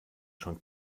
schon